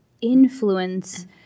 influence